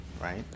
Right